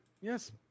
Yes